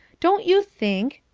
don't you think,